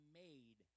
made